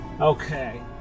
Okay